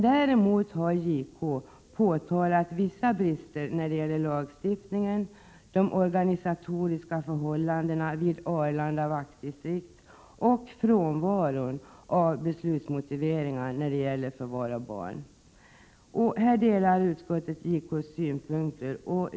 Däremot har JK påtalat vissa brister när det gäller lagstiftningen, de organisatoriska förhållandena vid Arlanda vaktdistrikt och frånvaron av beslutsmotiveringar när det gäller förvar av barn. Här delar utskottet JK:s synpunkter.